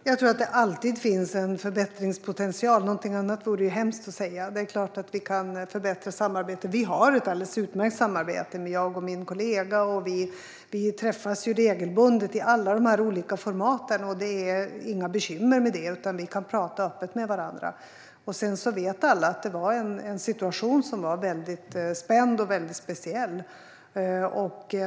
Herr talman! Jag tror att det alltid finns en förbättringspotential. Någonting annat vore hemskt att säga. Det är klart att vi kan förbättra samarbetet. Vi har ett alldeles utmärkt samarbete, jag och min kollega. Vi träffas regelbundet i alla de här olika formaten. Det är inga bekymmer med det, utan vi kan prata öppet med varandra. Sedan vet alla att det var en situation som var väldigt spänd och väldigt speciell.